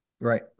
right